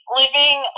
living